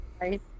Right